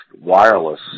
wireless